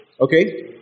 Okay